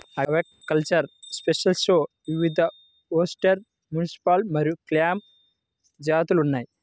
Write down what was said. aquacultured షెల్ఫిష్లో వివిధఓస్టెర్, mussel మరియు క్లామ్ జాతులు ఉన్నాయి